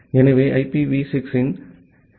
எனவே IPv6 இன் header வடிவமைப்பைப் பார்ப்போம்